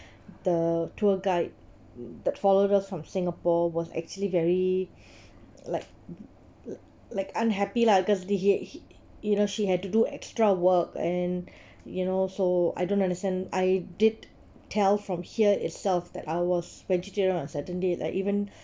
the tour guide that followed us from singapore was actually very like like unhappy lah because did he he you know she had to do extra work and you know so I don't understand I did tell from here itself that I was vegetarian on certain date like even